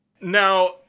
Now